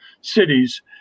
cities